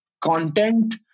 content